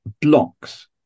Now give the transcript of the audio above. blocks